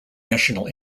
national